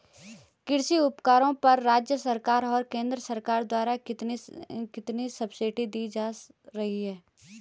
कृषि उपकरणों पर राज्य सरकार और केंद्र सरकार द्वारा कितनी कितनी सब्सिडी दी जा रही है?